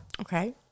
Okay